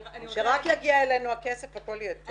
אני רק אגיד --- שרק יגיע אלינו הכסף והכול יהיה טוב.